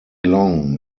long